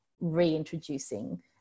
reintroducing